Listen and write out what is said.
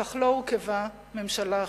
כך לא הורכבה ממשלה אחרת.